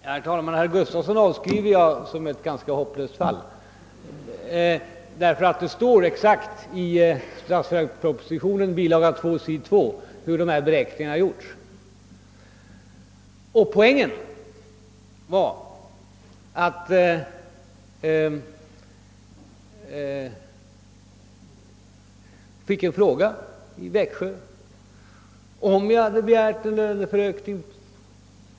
Herr talman! Jag avskriver herr Gustavsson i Alvesta som ett ganska hopplöst fall. Det står nämligen i statsverkspropositionen, bilaga 2 sidan 2, exakt hur dessa beräkningar har gjorts. Po ängen var att jag fick en fråga i Växjö som gällde om jag hade begärt löneförhöjning.